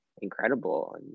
incredible